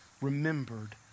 remembered